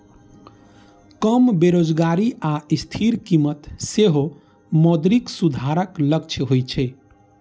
कम बेरोजगारी आ स्थिर कीमत सेहो मौद्रिक सुधारक लक्ष्य होइ छै